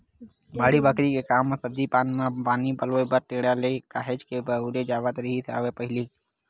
बाड़ी बखरी के काम म सब्जी पान मन म पानी पलोय बर टेंड़ा ल काहेच के बउरे जावत रिहिस हवय पहिली